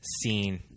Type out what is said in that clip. scene